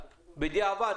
אלא בדיעבד,